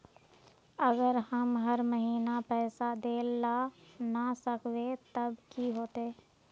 अगर हम हर महीना पैसा देल ला न सकवे तब की होते?